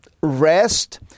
rest